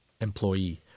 employee